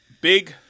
big